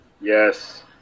Yes